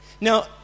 Now